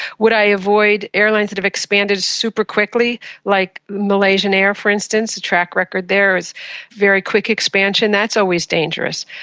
would i avoid airlines that have expanded super-quickly like malaysian air for instance? the track record there is a very quick expansion, that's always dangerous.